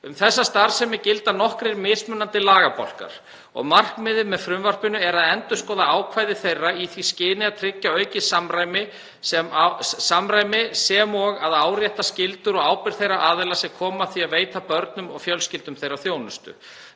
Um þessa starfsemi gilda nokkrir mismunandi lagabálkar og er markmiðið með frumvarpinu að endurskoða ákvæði þeirra í því skyni að tryggja aukið samræmi sem og að árétta skyldur og ábyrgð þeirra aðila sem koma að því að veita börnum og fjölskyldum þeirra þjónustu.